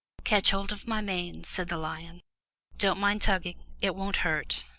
catch hold of my mane, said the lion don't mind tugging, it won't hurt,